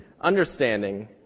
understanding